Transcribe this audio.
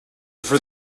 for